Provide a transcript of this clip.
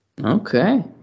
Okay